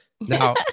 Now